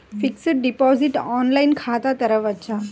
Fixed deposit online ఖాతా తెరువవచ్చా?